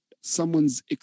someone's